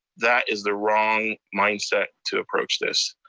that is the wrong mindset to approach this.